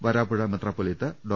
വരാപ്പുഴ മെത്രോപ്പൊലീത്ത ഡോ